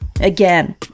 again